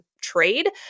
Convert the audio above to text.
trade